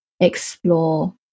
explore